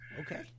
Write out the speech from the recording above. Okay